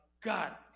God